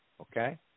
Okay